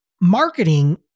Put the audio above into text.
Marketing